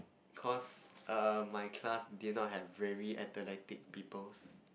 cause err my class did not have very athletic peoples